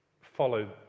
follow